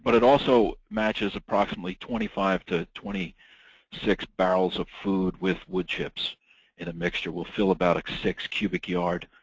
but it also matches approximately twenty five twenty six barrels of food with wood chips in a mixture. we'll fill about a six cubic yard